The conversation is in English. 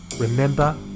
Remember